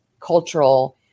cultural